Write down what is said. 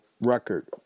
record